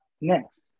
Next